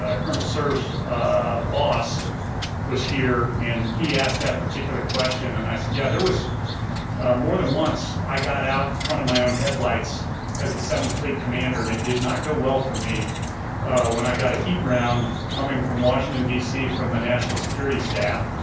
ah colonel boss was here and he asked that particular question. and i said yeah, there was more than once, i got out in front of my own headlights as the seventh fleet commander and it did not go well for me when i got a heat round coming from washington dc from the national security staff,